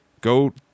Go